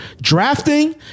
drafting